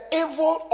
evil